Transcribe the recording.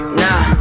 nah